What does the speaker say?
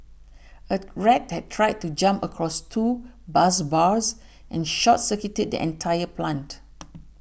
a rat had tried to jump across two bus bars and short circuited the entire plant